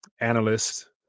analysts